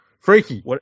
Freaky